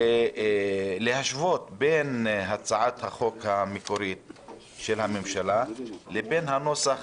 להשוות בין הצעת החוק המקורית של הממשלה לבין הנוסח